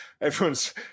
everyone's